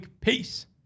Peace